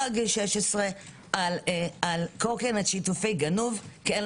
מתחת לגיל 16 על קורקינט שיתופי גנוב כי אין